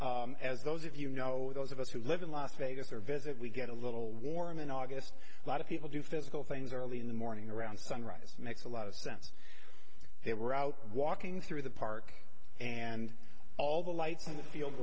august as those of you know those of us who live in las vegas or visit we get a little warm in august lot of people do physical things early in the morning around sunrise makes a lot of sense they were out walking through the park and all the lights in the field